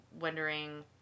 wondering